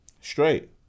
straight